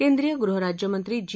केंद्रीय गृह राज्यमंत्री जी